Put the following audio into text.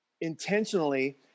intentionally